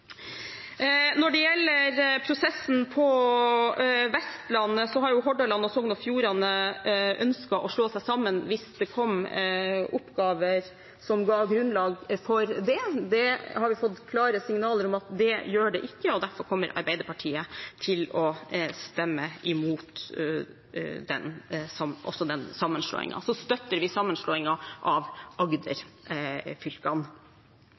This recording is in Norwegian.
Når det gjelder prosessen på Vestlandet, har Hordaland og Sogn og Fjordane ønsket å slå seg sammen hvis det kom oppgaver som ga grunnlag for det. Det har vi fått klare signaler om at det gjør det ikke, og derfor kommer Arbeiderpartiet til å stemme imot også den sammenslåingen. Vi støtter sammenslåingen av